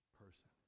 person